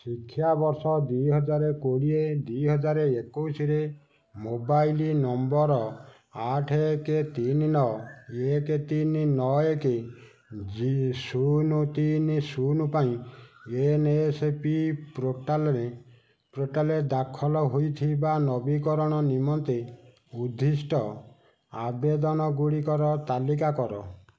ଶିକ୍ଷା ବର୍ଷ ଦୁଇହଜାର କୋଡ଼ିଏ ଦୁଇହଜାର ଏକୋଉଶିରେ ମୋବାଇଲ୍ ନମ୍ବର ଆଠ ଏକ ତିନି ନଅ ଏକ ତିନି ନଅ ଏକ ଯି ଶୂନ ତିନି ଶୂନ ପାଇଁ ଏନ୍ ଏସ୍ ପି ପୋର୍ଟାଲ୍ରେ ପୋର୍ଟାଲ୍ରେ ଦାଖଲ ହୋଇଥିବା ନବୀକରଣ ନିମନ୍ତେ ଉଦ୍ଦିଷ୍ଟ ଆବେଦନଗୁଡ଼ିକର ତାଲିକା କର